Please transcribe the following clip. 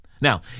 Now